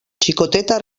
xicoteta